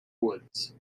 woods